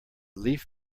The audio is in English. leaf